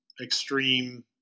extreme